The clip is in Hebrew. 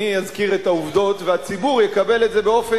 אני אזכיר את העובדות והציבור יקבל את זה באופן